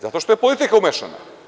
Zato što je politika umešana.